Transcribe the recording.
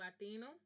Latino